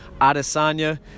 Adesanya